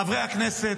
חברי הכנסת,